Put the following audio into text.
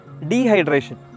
dehydration